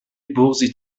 بغضی